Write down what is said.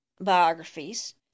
biographies